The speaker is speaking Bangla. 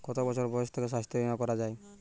কত বছর বয়স থেকে স্বাস্থ্যবীমা করা য়ায়?